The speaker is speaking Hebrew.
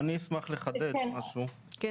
אני רוצה להבהיר, אם